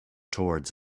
towards